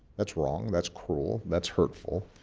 that's wrong, that's cruel, that's hurtful.